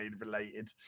related